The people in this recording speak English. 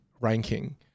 ranking